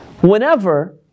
whenever